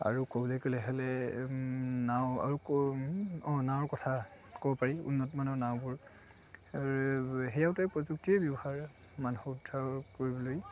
আৰু ক'বলৈ গ'লে হ'লে নাও আৰু অঁ নাৱৰ কথা ক'ব পাৰি উন্নতমানৰ নাওবোৰ সেয়াও এটা প্ৰযুক্তিৰে ব্যৱহাৰ মানুহৰ উদ্ধাৰ কৰিবলৈ